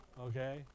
Okay